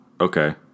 Okay